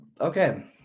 okay